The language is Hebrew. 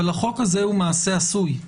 אבל החוק הזה למעשה עשוי.